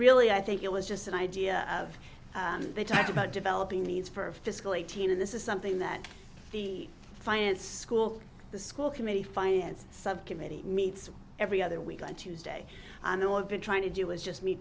really i think it was just an idea of they talked about developing leads for fiscal eighteen and this is something that the finance school the school committee finance subcommittee meets every other week on tuesday i know i've been trying to do is just me